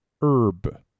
Herb